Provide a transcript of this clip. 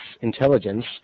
intelligence